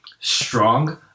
strong